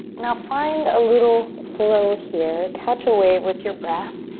now find a little flow here. catch a wave with your breath.